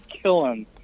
Killing